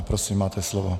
Prosím, máte slovo.